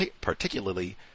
particularly